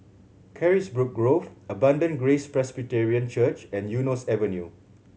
Carisbrooke Grove Abundant Grace Presbyterian Church and Eunos Avenue